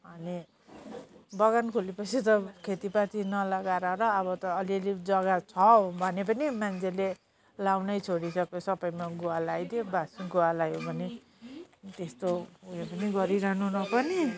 अनि बगान खोले पछि त खेतीपाती नलगाएर र अब त अलि अलि जगा छ भने पनि मान्छेले लगाउनु नै छोडिसक्यो सबमा गुवा लगाइदियो बास गुवा लगायो भने यस्तो यो पनि गरिरहनु पनि नपर्ने